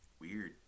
Weird